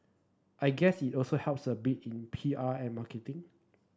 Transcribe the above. I guess it also helps a bit in P R and marketing